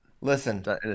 Listen